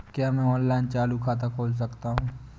क्या मैं ऑनलाइन चालू खाता खोल सकता हूँ?